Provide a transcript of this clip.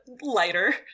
lighter